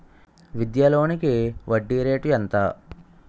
విద్యా లోనికి వడ్డీ రేటు ఎంత?